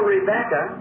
Rebecca